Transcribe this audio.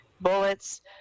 bullets